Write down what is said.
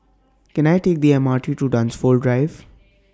Can I Take The M R T to Dunsfold Drive